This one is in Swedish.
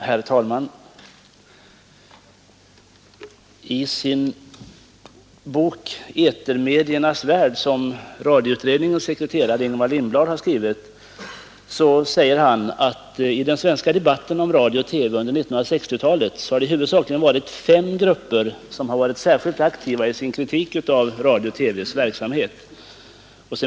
Herr talman! I sin bok Etermediernas värld skriver radioutredningens sekreterare Ingemar Lindblad, att det i den svenska debatten om radio och TV under 1960-talet huvudsakligen är fem grupper som varit särskilt aktiva i sin kritik av Sveriges Radio/TV:s verksamhet.